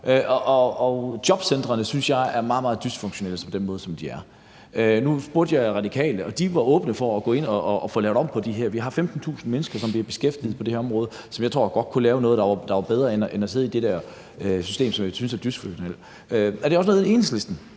på den måde, som de er nu. Nu spurgte jeg Radikale, og de var åbne for at gå ind at få lavet om på det. Vi har 15.000 mennesker, som bliver beskæftiget på det her område, og som jeg tror godt kunne lave noget, der var bedre end at sidde i det der system, som jeg synes er dysfunktionelt. Var det også noget, Enhedslisten